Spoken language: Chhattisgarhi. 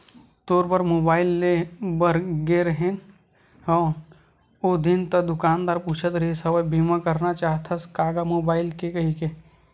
तोर बर मुबाइल लेय बर गे रेहें हव ओ दिन ता दुकानदार पूछत रिहिस हवय बीमा करना चाहथस का गा मुबाइल के कहिके